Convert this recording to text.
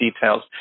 details